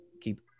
keep